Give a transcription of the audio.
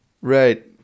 Right